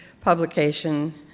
publication